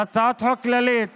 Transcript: היא הצעת חוק כללית